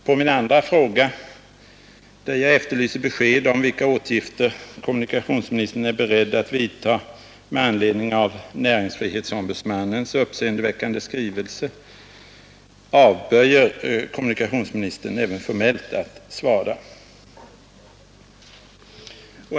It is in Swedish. På min andra fråga, där jag efterlyser besked om vilka åtgärder kommunikationsministern är beredd att vidtaga med anledning av näringsfrihetsombudsmannens uppseendeväckande skrivelse, avböjer kommunikationsministern även formellt att svara.